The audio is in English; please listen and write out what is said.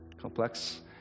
complex